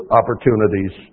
opportunities